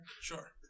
Sure